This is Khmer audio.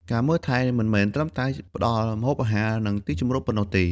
ការមើលថែ មិនមែនត្រឹមតែផ្ដល់ម្ហូបអាហារ និងទីជម្រកប៉ុណ្ណោះទេ។